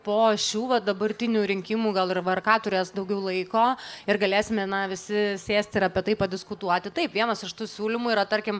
po šių va dabartinių rinkimų gal ir vrk turės daugiau laiko ir galėsime na visi sėsti ir apie tai padiskutuoti taip vienas iš tų siūlymų yra tarkim